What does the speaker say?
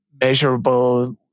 measurable